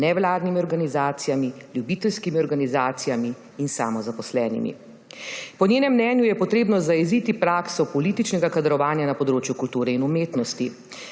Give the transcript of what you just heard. nevladnimi organizacijami, ljubiteljskimi organizacijami in samozaposlenimi. Po njenem mnenju je treba zajeziti prakso političnega kadrovanja na področju kulture in umetnosti.